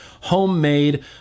homemade